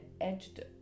edged